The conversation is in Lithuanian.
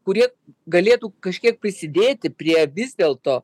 kurie galėtų kažkiek prisidėti prie vis dėlto